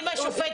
מצוין.